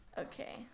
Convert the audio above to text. Okay